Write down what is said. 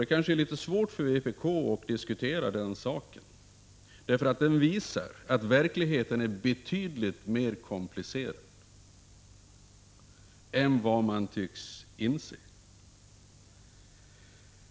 Det är kanske litet svårt för vpk att diskutera den saken, därför att verkligheten är betydligt mer komplicerad än vad man tycks inse.